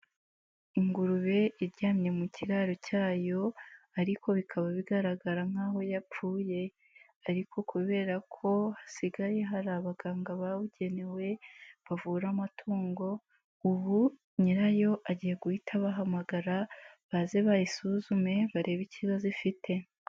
Ingurube iryamye mu kiraro cyayo ariko bikaba bigaragara nkaho yapfuye ariko kubera ko hasigaye hari abaganga babugenewe bavura amatungo, ubu nyirayo agiye guhita abahamagara baze bayisuzume barebe ikibazo ifite.